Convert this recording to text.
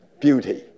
beauty